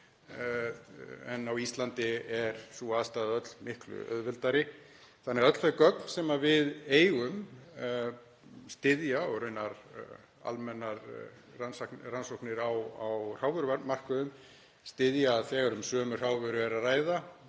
En á Íslandi er sú aðstaða öll miklu auðveldari. Þannig að öll þau gögn sem við eigum og raunar almennar rannsóknir á hrávörumörkuðum styðja það að þegar um sömu hrávöru er að ræða,